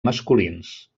masculins